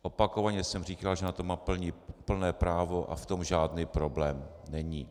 Opakovaně jsem říkal, že na to má plné právo a v tom žádný problém není.